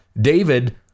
David